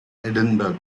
edinburgh